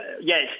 Yes